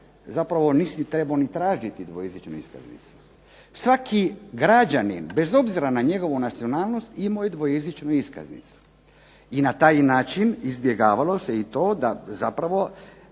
zapravo nisi trebao ni tražiti dvojezičnu iskaznicu. Svaki građanin, bez obzira na njegovu nacionalnost, imao je dvojezičnu iskaznicu i na taj način izbjegavalo se i to da zapravo